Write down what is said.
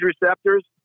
receptors